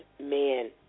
man